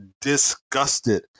disgusted